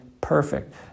perfect